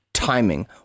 timing